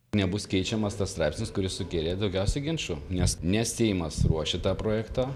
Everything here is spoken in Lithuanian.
nebus keičiamas tas straipsnis kuris sukėlė daugiausiai ginčų nes ne seimas ruošia tą projektą